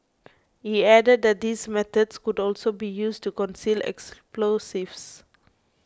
he added that these methods could also be used to conceal explosives